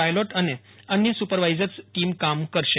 pilot અને અન્ય supervisors team કામ કરશે